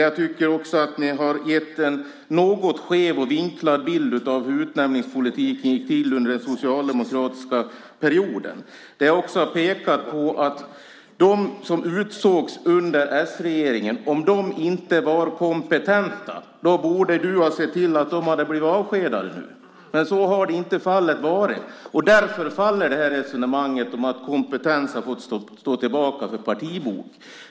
Jag tycker också att ni har gett en något skev och vinklad bild av hur utnämningspolitiken gick till under den socialdemokratiska regeringsperioden. Om de som utsågs under s-regeringen inte var kompetenta borde du ha sett till att de hade blivit avskedade. Men så har det inte varit. Därför faller resonemanget om att kompetens har fått stå tillbaka för partibok.